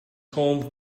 home